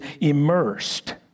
immersed